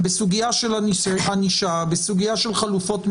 בסוגיה של ענישה, בסוגיה של חלופות מאסר,